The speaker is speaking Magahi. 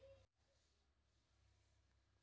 प्रियंका बैंक ऑफ बड़ौदात पीओर रूपत काम कर छेक